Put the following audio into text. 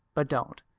but don't.